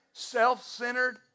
self-centered